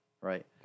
right